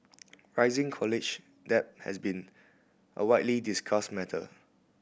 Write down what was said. rising college debt has been a widely discussed matter